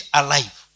alive